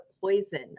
poison